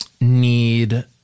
need